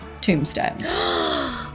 tombstones